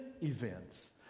events